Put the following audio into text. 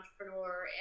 entrepreneur